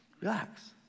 Relax